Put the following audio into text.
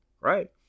right